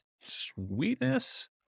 Sweetness